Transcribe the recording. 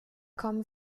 kommen